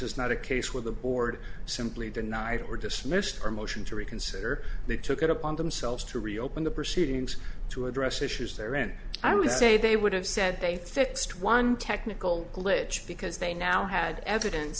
is not a case where the board simply denied or dismissed our motion to reconsider they took it upon themselves to reopen the proceedings to address issues there and i would say they would have said they fixed one technical glitch because they now had evidence